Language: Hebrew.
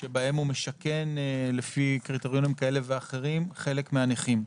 בהן הוא משכן לפי קריטריונים כאלה ואחרים חלק מהנכים.